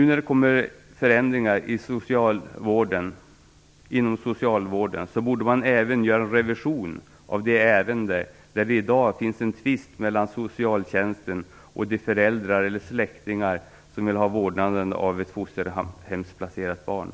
När det nu genomförs förändringar inom socialvården borde man även göra en revision av de ärenden där det i dag finns en tvist mellan socialtjänsten och den förälder eller släkting som vill ha vårdnaden av ett fosterhemsplacerat barn.